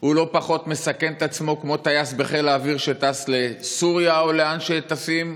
הוא לא פחות מסכן את עצמו מטייס בחיל האוויר שטס לסוריה או לאן שטסים,